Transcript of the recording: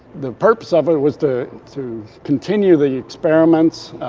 the purpose of it was to to continue the experiments.